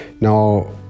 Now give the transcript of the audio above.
now